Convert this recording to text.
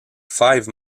five